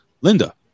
Linda